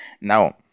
Now